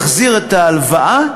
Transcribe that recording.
יחזיר את ההלוואה,